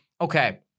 okay